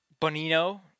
Bonino